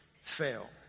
fail